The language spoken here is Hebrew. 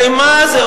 הרי מה זה,